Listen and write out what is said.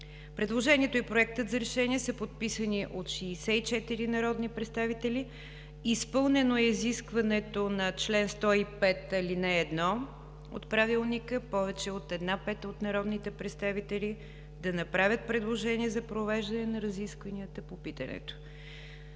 Предложението и Проектът за решение са подписани от 64 народни представители. Изпълнено е изискването на чл. 105, ал. 1 от Правилника – повече от една пета от народните представители да направят предложения за провеждане на разискванията по питането.